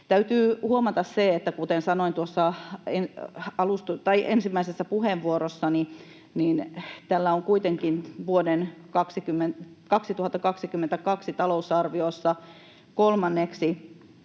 Täytyy huomata se, että — kuten sanoin tuossa ensimmäisessä puheenvuorossani — tällä on kuitenkin vuoden 2022 talousarviossa kolmanneksi